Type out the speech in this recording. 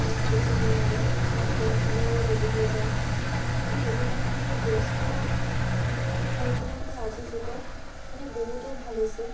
বা বেছি জুই হ'লেও বা কম হ'লেও দেৰি হৈ যায় ত' সেইটো কাৰণে মানে গেছটো হৈ পেলাই মানে আজিৰ যুগত মানে বহুতে ভাল হৈছে